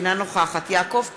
אינה נוכחת יעקב פרי,